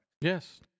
Yes